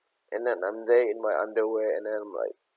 and then I'm there in my underwear and then I'm like